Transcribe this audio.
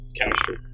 Chemistry